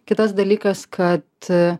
kitas dalykas kad